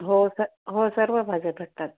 हो स हो सर्व भाज्या भेटतात